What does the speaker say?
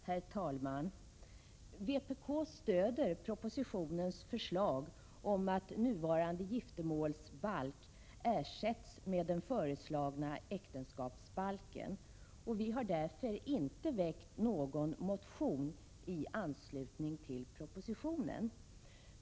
Herr talman! Vpk stöder propositionens förslag om att den nuvarande 2 april 1987 giftermålsbalken ersätts med den föreslagna äktenskapsbalken. Vi har därför inte väckt någon motion i anslutning till propositionen.